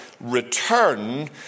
return